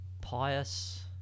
Pious